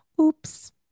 Oops